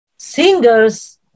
singers